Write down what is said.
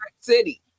City